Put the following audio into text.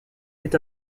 est